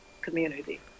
community